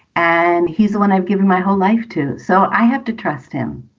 and he's the one i've given my whole life to. so i have to trust him.